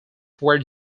were